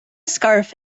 scarf